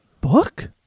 book